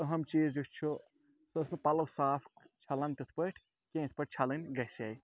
اَہم چیٖز یُس چھُ سُہ ٲسۍ نہٕ پَلَو صاف چھَلان تِتھ پٲٹھۍ کینٛہہ یِتھ پٲٹھۍ چھَلٕنۍ گژھِ ہا